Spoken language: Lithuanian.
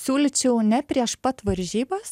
siūlyčiau ne prieš pat varžybas